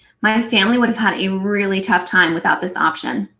my family would have had a really tough time without this option.